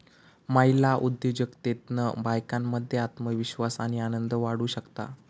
महिला उद्योजिकतेतना बायकांमध्ये आत्मविश्वास आणि आनंद वाढू शकता